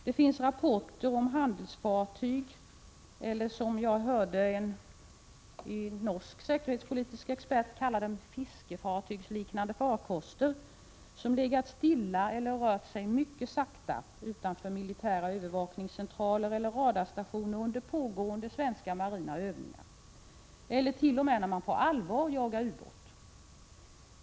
Det finns rapporter om handelsfartyg eller, som jag hörde en norsk säkerhetspolitisk expert kalla dem, fiskefartygsliknande farkoster som legat stilla eller rört sig mycket sakta utanför militära övervakningscentraler eller radarstationer under pågående svenska marina övningar eller t.o.m. när man på allvar jagat ubåt.